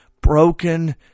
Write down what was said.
broken